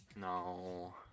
No